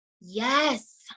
Yes